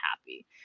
happy